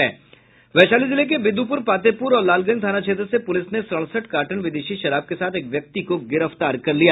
वैशाली जिले के विद्युप्र पातेपुर और लालगंज थाना क्षेत्र से पुलिस ने सड़सठ कार्टन विदेशी शराब के साथ एक व्यक्ति को गिरफ्तार कर लिया